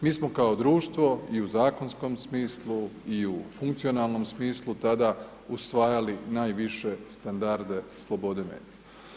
Mi smo kao društvo i u zakonskom smislu i u funkcionalnom smislu tada usvajali najviše standarde slobode medija.